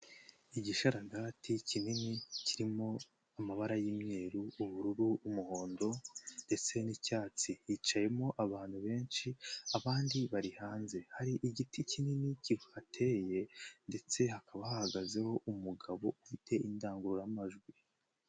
Igisharagati kinini kirimo amabara y'imyeru, ubururu ,umuhondo ndetse n'icyatsi. Hicayemo abantu benshi ,abandi bari hanze. Hari igiti kinini kihateye ndetse hakaba hahagazeho umugabo ufite indangururamajwi.